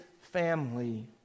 family